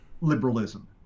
liberalism